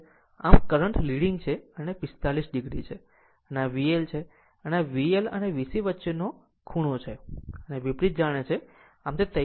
આમ current leading છે અને આ 45 o છે અને આ VL છે અને આ VL અને VC વચ્ચેનો VC ખૂણો છે જેનો વિપરીત જાણે છે આમ તે તૈયાર છે જે 180 o છે